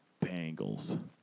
Bengals